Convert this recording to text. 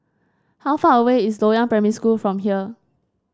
how far away is Loyang Primary School from here